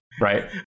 right